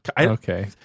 okay